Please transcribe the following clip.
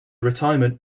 retirement